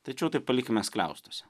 tačiau tai palikime skliaustuose